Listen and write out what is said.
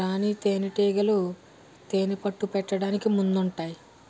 రాణీ తేనేటీగలు తేనెపట్టు పెట్టడానికి ముందుంటాయి